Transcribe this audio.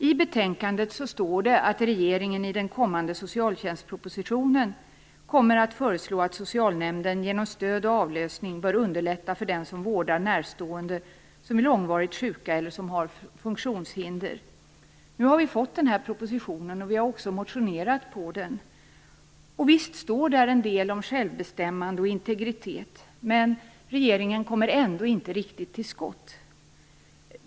I betänkandet står det att regeringen i den kommande socialtjänstpropositionen kommer att föreslå att socialnämnden genom stöd och avlösning bör underlätta för den som vårdar närstående som är långvarigt sjuka eller har funktionshinder. Nu har vi fått den här propositionen, och vi har också motionerat i anslutning till den. Och visst står där en del om självbestämmande och integritet, men regeringen kommer ändå inte riktigt till skott.